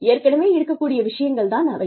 ஏற்கனவே இருக்கக் கூடிய விஷயங்கள் தான் அவை